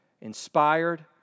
inspired